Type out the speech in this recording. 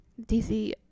dc